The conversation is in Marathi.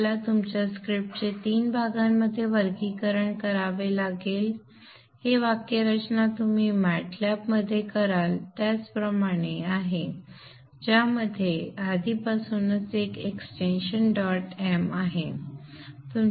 तुम्हाला तुमच्या स्क्रिप्टचे 3 भागांमध्ये वर्गीकरण करावे लागेल हे वाक्यरचना तुम्ही मॅट लॅब मध्ये कराल त्याप्रमाणेच आहे ज्यामध्ये आधीपासूनच एक extension dot mextension dot m